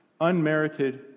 Unmerited